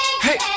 hey